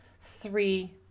three